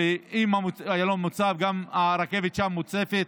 ואם איילון מוצף גם הרכבת שם מוצפת.